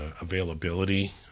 availability